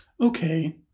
okay